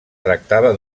tractava